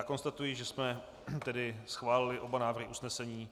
Konstatuji, že jsme tedy schválili oba návrhy usnesení.